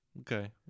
Okay